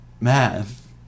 Math